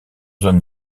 hommes